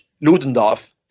Ludendorff